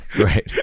right